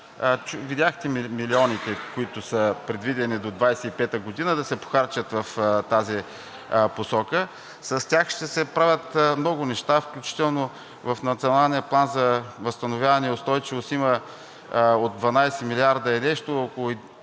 Видяхте милионите, които са предвидени до 2025 г., да се похарчат в тази посока. С тях ще се правят много неща, включително в Националния план за възстановяване и устойчивост има 12 милиарда и нещо, а около